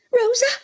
Rosa